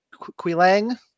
Quilang